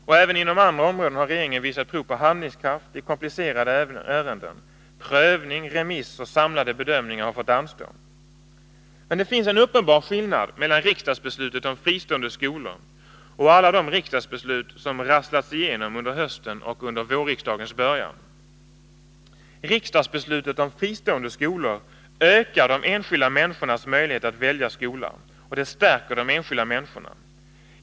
Och även inom andra områden har regeringen visat prov på handlingskraft i komplicerade ärenden; prövning, remiss och samlade bedömningar har fått anstå. Men det finns en uppenbar skillnad mellan riksdagsbeslutet om fristående skolor och alla de riksdagsbeslut som rasslats igenom under hösten och under vårriksdagens början. Riksdagsbeslutet om fristående skolor ökar de enskilda människornas möjlighet att välja skola, det stärker de enskilda människorna.